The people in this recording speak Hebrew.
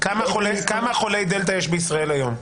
כמה חולי דלתא יש בישראל היום?